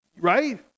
Right